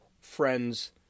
friend's